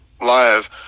live